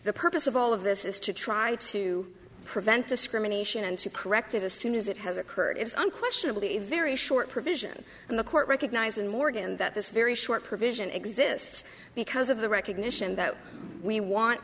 the purpose of all of this is to try to prevent discrimination and to correct it as soon as it has occurred is unquestionably a very short provision and the court recognized in morgan that this very short provision exists because of the recognition that we want